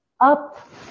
up